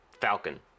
Falcon